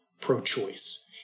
pro-choice